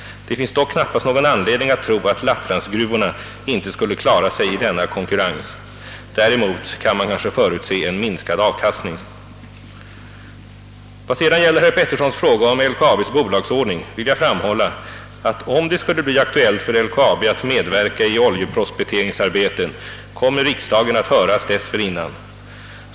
Det finns dock knappast någon anledning att tro att lapplandsgruvorna inte skulle klara sig i denna konkurrens. Däremot kan man kanske förutse en minskad avkastning. Vad gäller herr Peterssons fråga om LKAB:s bolagsordning vill jag framhålla, att om det skulle bli aktuellt för LKAB att medverka i oljeprospekteringsarbeten kommer riksdagen att höras dessförinnan.